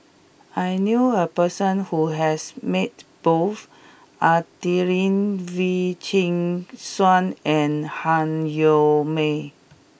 I knew a person who has met both Adelene Wee Chin Suan and Han Yong May